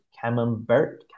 camembert